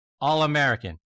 All-American